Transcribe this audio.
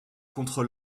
contre